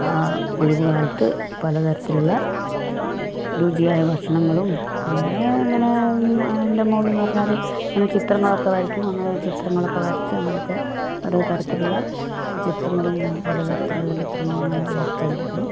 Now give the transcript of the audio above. ആ ഒഴിവുകാലത്ത് പലതരത്തിലുള്ള രുചിയായ ഭക്ഷണങ്ങളും പിന്നെ അങ്ങനെ എൻ്റെ മോളെന്നു പറഞ്ഞാൽ ഇങ്ങനെ ചിത്രങ്ങളൊക്കെ വരയ്ക്കും അങ്ങനെ ചിത്രങ്ങളൊക്കെ വരച്ച് അങ്ങനെയൊക്കെ ഓരോ തരത്തിലുള്ള ചിത്രങ്ങളും പല തരത്തിലുള്ള ചിത്രങ്ങളും അങ്ങനെ വരച്ചുകൊണ്ടിരുന്നു